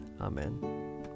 Amen